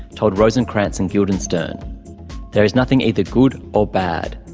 told rosencrantz and guildenstern there is nothing either good or bad,